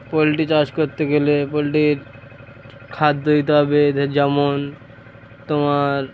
poultry চাষ করতে গেলে পোলট্রির খাদ্য দিতে হবে এদের যেমন তোমার